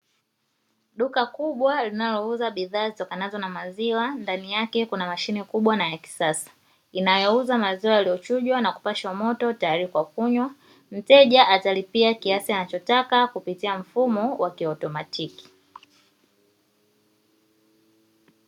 Duka kubwa linalouza bidhaa zitokanazo na maziwa ndani yake kuna mashine kubwa na ya kisasa inayouza maziwa yaliyochujwa na kupashwa moto tayari kwa kunywa, mteja atalipia kiasi anachotaka kupitia mfumo wa kiautomatiki.